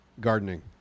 gardening